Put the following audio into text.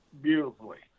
beautifully